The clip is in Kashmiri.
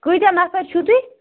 کۭتیٛاہ نَفر چھُو تُہۍ